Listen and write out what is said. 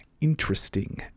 interesting